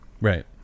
Right